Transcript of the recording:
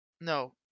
No